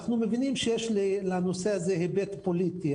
אנחנו מבינים שיש לנושא הזה היבט פוליטי,